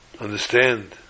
Understand